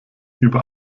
über